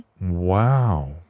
Wow